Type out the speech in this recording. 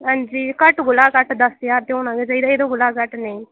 हांजी घट्ट कोला घट्ट दस्स ज्हार ते होना गै चाहिदा एह्दे कोला घट्ट नेईं